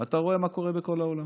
אתה רואה מה קורה בכל העולם,